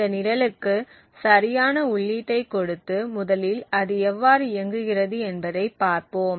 இந்த நிரலுக்கு சரியான உள்ளீட்டை கொடுத்து முதலில் அது எவ்வாறு இயங்குகிறது என்பதை பார்ப்போம்